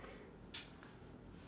<S<